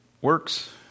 works